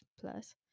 plus